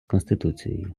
конституцією